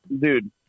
dude